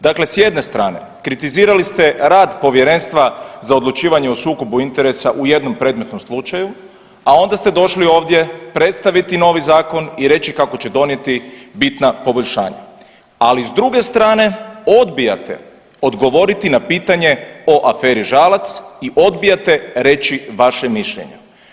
Dakle, s jedne strane kritizirali ste rad Povjerenstva za odlučivanje o sukobu interesa u jednom predmetnom slučaju, a onda ste došli ovdje predstaviti novi zakon i reći kako će donijeti bitna poboljšanja, ali s druge strane odbijate odgovoriti na pitanje o aferi Žalac i odbijate reći vaše mišljenje.